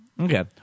Okay